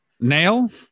nail